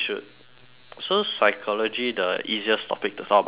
so psychology the easiest topic to talk about is depression